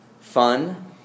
fun